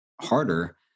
harder